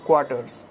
quarters